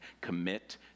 commit